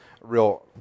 real